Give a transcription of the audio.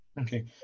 Okay